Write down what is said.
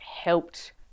helped